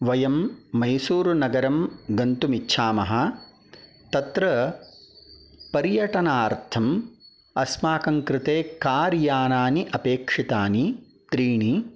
वयं मैसूरुनगरं गन्तुम् इच्छामः तत्र पर्यटनार्थम् अस्माकङ्कृते कार्यानानि आपेक्षितानि त्रीणि